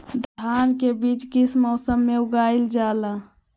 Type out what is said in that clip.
धान के बीज किस मौसम में उगाईल जाला?